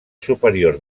superior